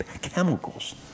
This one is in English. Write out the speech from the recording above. chemicals